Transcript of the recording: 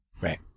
Right